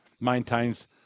maintains